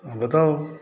बताउ